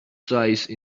size